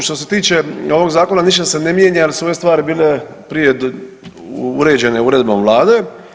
Što se tiče ovog zakona ništa se ne mijenja jer su ove stvari bile prije uređene uredbom vlade.